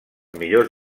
millors